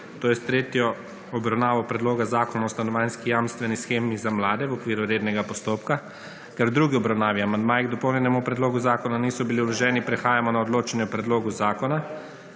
tretjo obravnavo Predloga zakona o stanovanjski jamstveni shemi za mlade, v okviru rednega postopka. Ker k drugi obravnavi amandmaji k dopolnjenemu predlogu zakona niso bili vloženi, prehajamo na odločanje o predlogu zakona.